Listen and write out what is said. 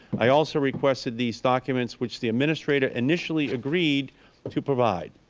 i also requested these documents, which the administrator initially agreed to provide.